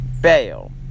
bail